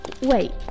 Wait